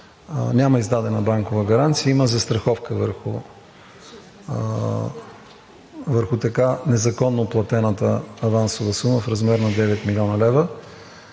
Няма издадена банкова гаранция, има застраховка върху така незаконно платената авансова сума в размер на 9 млн. лв.